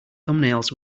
thumbnails